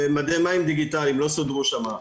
שמעת את הדיון ואת העובדה שהחברים מבינים את חשיבות העניין.